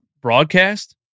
broadcast